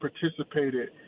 participated